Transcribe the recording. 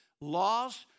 laws